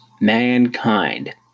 mankind